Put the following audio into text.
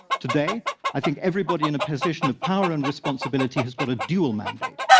today, i think everybody in a position of power and responsibility has got a dual mandate,